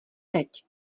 teď